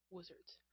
Wizards